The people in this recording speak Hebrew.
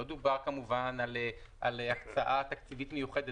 לא דובר, כמובן, על הקצאה תקציבית מיוחדת.